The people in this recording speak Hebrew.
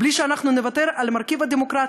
בלי שאנחנו נוותר על המרכיב הדמוקרטי,